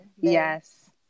yes